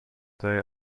they